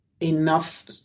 enough